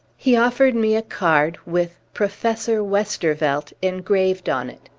he offered me a card, with professor westervelt engraved on it.